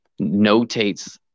notates